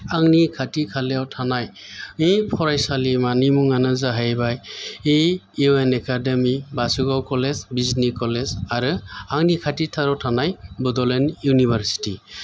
आंनि खाथि खालायाव थानाय फरायसालिमानि मुङानो जाहैबाय U N academy Basugaon college बिजनि कलेज आरो आंनि खाथिथाराव थानाय बड'लेण्ड इउनिभारसि़टि